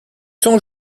sont